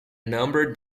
number